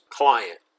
client